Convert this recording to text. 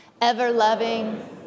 Ever-loving